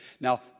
Now